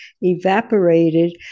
evaporated